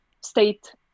state